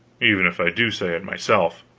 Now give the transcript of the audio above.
even if i do say it myself.